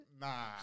Nah